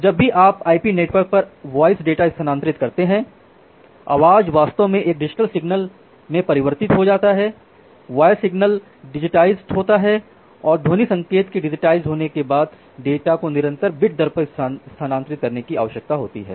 तो जब भी आप आईपी नेटवर्क पर आवाज वॉइस डेटा स्थानांतरित करते हैं आवाज वास्तव में एक डिजिटल सिग्नल में परिवर्तित हो जाता है वॉयस सिग्नल डिजीटाइज़ होता है और ध्वनि संकेत के डिजिटाइज़ होने के बाद डेटा को निरंतर बिट दर पर स्थानांतरित करने की आवश्यकता होती है